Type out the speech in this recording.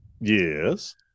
Yes